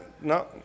no